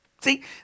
See